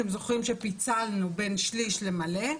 אתם זוכרים שפיצלנו בין שליש למלא.